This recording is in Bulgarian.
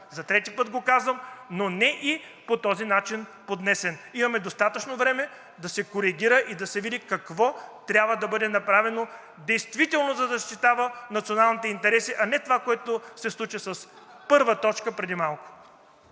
за трети път го казвам, но не и поднесен по този начин. Имаме достатъчно време да се коригира и да се види какво трябва да бъде направено действително да защитава националните интереси, а не това, което се случи с първа точка преди малко.